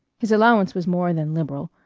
his allowance was more than liberal.